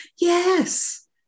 yes